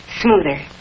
smoother